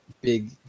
big